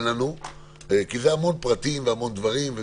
לנו כי מדובר בהמון פרטים ובהמון דברים.